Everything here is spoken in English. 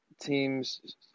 teams